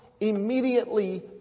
immediately